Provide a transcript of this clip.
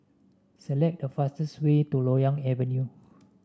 select the fastest way to Loyang Avenue